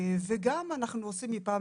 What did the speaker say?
גם בארצות אחרות, ואנחנו משתמשים בו.